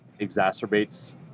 exacerbates